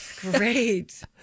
Great